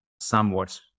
somewhat